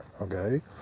okay